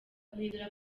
guhindura